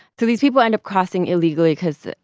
so these people end up crossing illegally because,